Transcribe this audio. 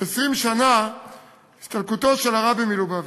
20 שנה להסתלקותו של הרבי מלובביץ'.